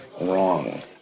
Wrong